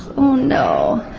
oh, no.